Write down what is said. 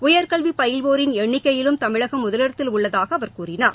உயர்கல்வி பயில்வோரின் எண்ணிக்கையிலும் தமிழகம் முதலிடத்தில் உள்ளதாக அவர் கூறினார்